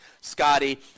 Scotty